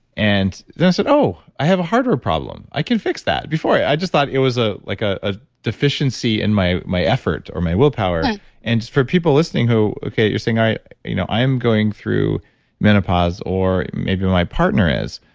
and then i said, i have a hardware problem. i can fix that. before, i i just thought it was ah like ah a deficiency in my my effort or my willpower and for people listening who, okay, you're thinking, i you know i am going through menopause, or maybe my partner is,